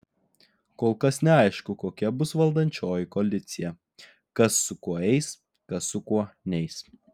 kol kas neaišku kokia bus valdančioji koalicija kas su kuo eis kas su kuo neis